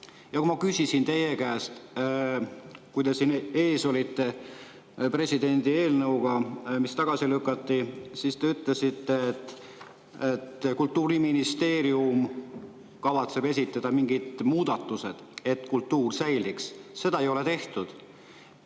Ja kui ma küsisin teie käest, kui te siin ees olite eelnõuga, mille president tagasi lükkas, siis te ütlesite, et Kultuuriministeerium kavatseb esitada mingid muudatused, et kultuur säiliks. Seda ei ole tehtud.